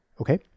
okay